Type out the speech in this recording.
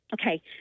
Okay